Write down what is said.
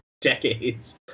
decades